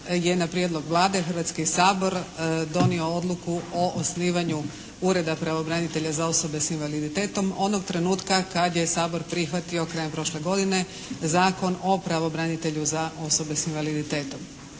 je na prijedlog Vlade, Hrvatski sabor donio odluku o osnivanju Ureda pravobranitelja za osobe sa invaliditetom onog trenutka kada je sabor prihvatio krajem prošle godine Zakon o pravobranitelju za osobe s invaliditetom.